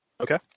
Okay